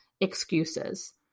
excuses